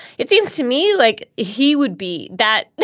it seems to me like he would be that.